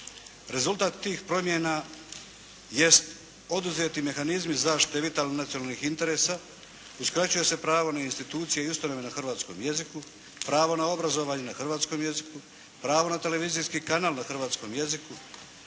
Rezultat tih promjena jest oduzeti mehanizmi zaštite i …/Govornik se ne razumije./… nacionalnih interesa. Uskraćuje se pravo na institucije i …/Govornik se ne razumije./… na hrvatskom jeziku, pravo na obrazovanje na hrvatskom jeziku, pravo na televizijski kanal na hrvatskom jeziku.